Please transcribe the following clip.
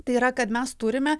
tai yra kad mes turime